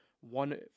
one